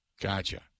Gotcha